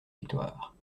victoire